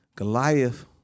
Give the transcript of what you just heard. Goliath